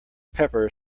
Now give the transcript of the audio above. pepper